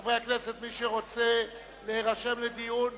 חברי הכנסת, מי שרוצה להירשם לדיון,